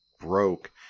broke